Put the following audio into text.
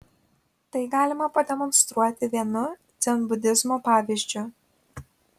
tai galima pademonstruoti vienu dzenbudizmo pavyzdžiu